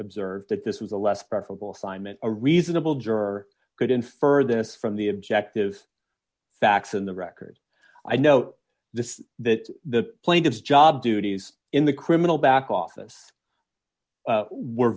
observed that this was a less preferable simon a reasonable juror could infer this from the objective facts in the record i know this that the plaintiff's job duties in the criminal back office were